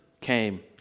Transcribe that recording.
came